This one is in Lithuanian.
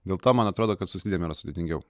dėl to man atrodo kad su slidėm yra sudėtingiau